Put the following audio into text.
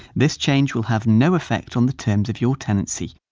this change will have no effect on the terms of your tenancy